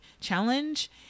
challenge